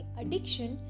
addiction